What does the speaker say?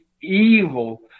evil